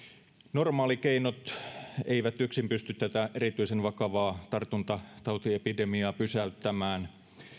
normaalikeinot eivät yksin pysty tätä erityisen vakavaa tartuntatautiepidemiaa pysäyttämään